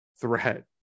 threat